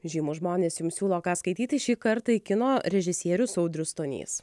žymūs žmonės jums siūlo ką skaityti šįkart tai kino režisierius audrius stonys